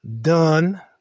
done